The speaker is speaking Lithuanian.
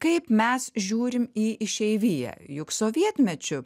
kaip mes žiūrim į išeiviją juk sovietmečiu